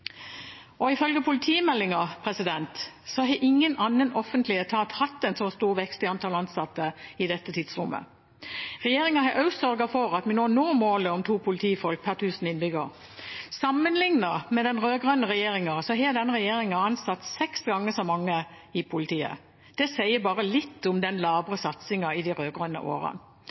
Ifølge politimeldingen har ingen annen offentlig etat hatt en så stor vekst i antall ansatte i dette tidsrommet. Regjeringen har også sørget for at vi når målet om to politifolk per tusen innbyggere. Sammenlignet med den rød-grønne regjeringen har denne regjeringen ansatt seks ganger så mange i politiet. Det sier litt om den labre satsingen i de rød-grønne årene.